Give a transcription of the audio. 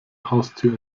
haustier